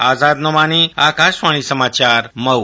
आजाद नोमानी आकाशवाणी समाचार मऊ